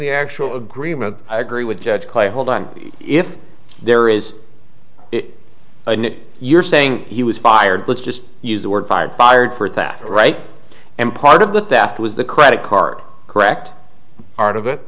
the actual agreement i agree with judge clay hold on if there is an it you're saying he was fired let's just use the word fired fired for that right and part of the theft was the credit card correct art of it